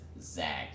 Zach